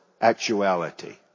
actuality